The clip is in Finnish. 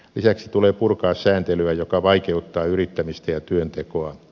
lisäksi tulee purkaa sääntelyä joka vaikeuttaa yrittämistä ja työntekoa